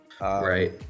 Right